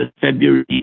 February